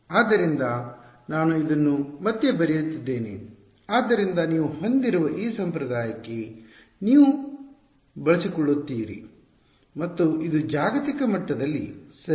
ಆದ್ದರಿಂದ ನಾನು ಇದನ್ನು ಮತ್ತೆ ಬರೆಯುತ್ತಿದ್ದೇನೆ ಆದ್ದರಿಂದ ನೀವು ಹೊಂದಿರುವ ಈ ಸಂಪ್ರದಾಯಕ್ಕೆ ನೀವು ಬಳಸಿಕೊಳ್ಳುತ್ತೀರಿ ಮತ್ತು ಇದು ಜಾಗತಿಕ ಮಟ್ಟದಲ್ಲಿ ಸರಿ